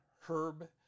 herb